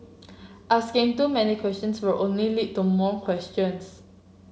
asking too many questions would only lead to more questions